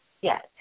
Yes